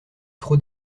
trop